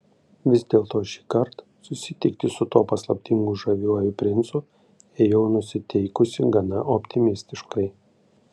vis dėlto šįkart susitikti su tuo paslaptingu žaviuoju princu ėjau nusiteikusi gana optimistiškai